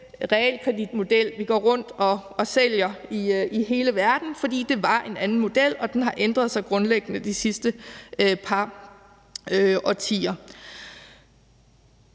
realkreditmodel, som vi går rundt og sælger i hele verden, for det var en anden model, og den har ændret sig grundlæggende de sidste par årtier.